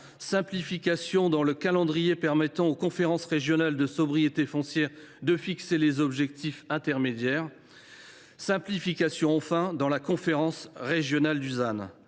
d’urbanisme et le calendrier permettant aux conférences régionales de sobriété foncière de fixer les objectifs intermédiaires, ainsi que la conférence régionale du ZAN.